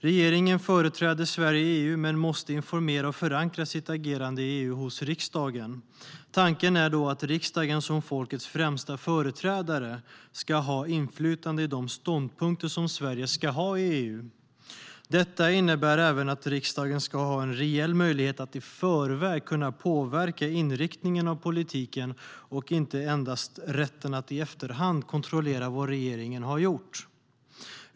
Regeringen företräder Sverige i EU men måste informera om och förankra sitt agerande i EU hos riksdagen. Tanken är att riksdagen, som folkets främsta företrädare, ska ha inflytande över de ståndpunkter som Sverige ska ha i EU.Detta innebär även att riksdagen ska ha en reell möjlighet att i förväg påverka politikens inriktning och inte endast rätt att i efterhand kontrollera vad regeringen har gjort.